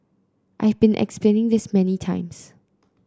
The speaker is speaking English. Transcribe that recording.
I have been explaining this many times